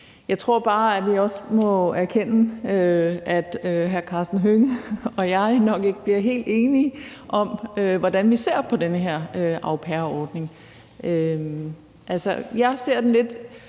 Jeg tror bare, at vi også må erkende, at hr. Karsten Hønge og jeg nok ikke bliver helt enige om, hvordan vi ser på den her au pair-ordning. Jeg ser den lidt